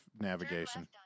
navigation